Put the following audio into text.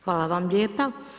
Hvala vam lijepa.